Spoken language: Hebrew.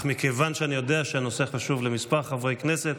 מכיוון שאני יודע שהנושא חשוב לכמה חברי כנסת,